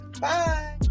Bye